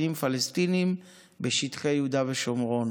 קטינים פלסטינים בשטחי יהודה ושומרון.